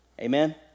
Amen